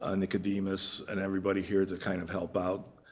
ah nicodemus, and everybody here to kind of help out.